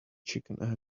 chicken